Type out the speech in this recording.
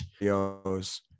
videos